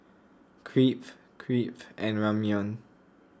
Crepe Crepe and Ramyeon